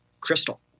crystal